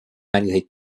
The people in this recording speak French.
malgré